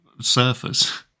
surfers